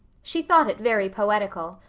she thought it very poetical.